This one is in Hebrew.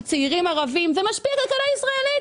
צעירים ערבים זה משפיע על הכלכלה הישראלית,